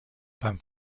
beim